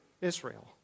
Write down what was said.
israel